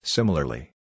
Similarly